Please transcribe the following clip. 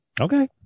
Okay